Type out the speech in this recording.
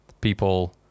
people